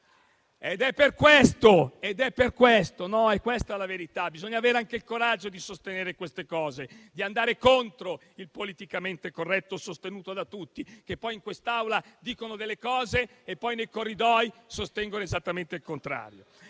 di questa guerra. È questa la verità: bisogna avere anche il coraggio di sostenere queste cose e di andare contro il politicamente corretto sostenuto da tutti, che in quest'Aula dicono certe cose e poi nei corridoi sostengono esattamente il contrario.